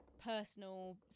personal